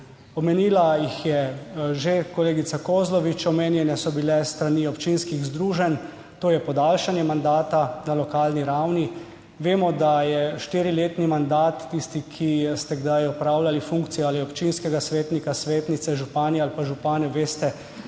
Omenila ga je že kolegica Kozlovič, omenjen je bil s strani občinskih združenj, to je podaljšanje mandata na lokalni ravni. Tisti, ki ste kdaj opravljali funkcijo ali občinskega svetnika, svetnice ali župana ali pa županje, veste,